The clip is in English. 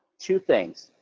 two things,